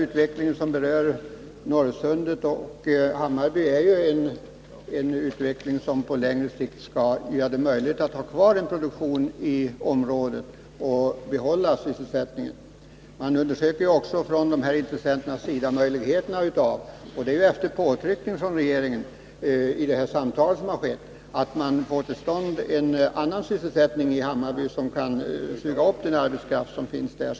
Utvecklingen i Norrsundet och Hammarby syftar till att göra det möjligt att ha kvar produktion i området och behålla sysselsättningen där. Intressenterna undersöker också, efter påtryckning från regeringen, möjligheterna att få till stånd en annan sysselsättning i Hammarby som i så stor utsträckning som möjligt kan suga upp den arbetskraft som finns där.